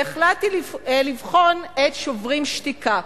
והחלטתי לבחון את "שוברים שתיקה"